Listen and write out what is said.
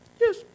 Yes